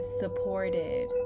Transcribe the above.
supported